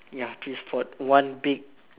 ya three spot one big